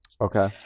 Okay